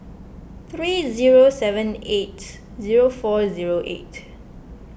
three zero seven eight zero four zero eight